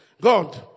God